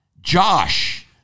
Josh